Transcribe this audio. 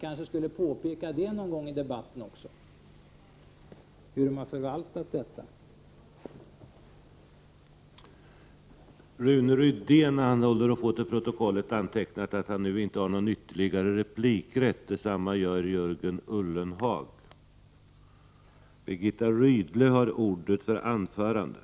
Någon gång kunde man i debatten kanske också göra ett påpekande hur de har förvaltat detta ansvar.